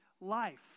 life